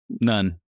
none